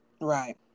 Right